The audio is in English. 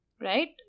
Right